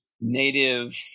native